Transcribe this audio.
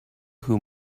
who